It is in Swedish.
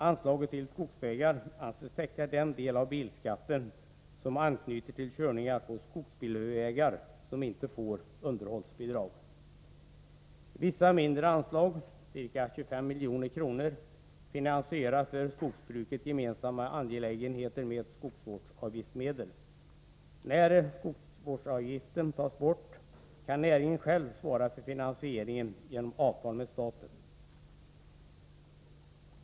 Anslaget till skogsvägar anses täcka den del av bilskatten som anknyter till körningar på skogsbilvägar som inte får underhållsbidrag. Vissa mindre anslag — ca 25 milj.kr. — finansierar för skogsbruket gemensamma angelägenheter med skogsvårdsavgiftsmedel. När skogsvårdsavgiften tas bort kan näringen själv svara för finansieringen genom avtal med staten.